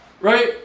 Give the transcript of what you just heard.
right